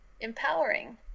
empowering